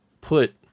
put